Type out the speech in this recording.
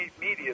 media